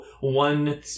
one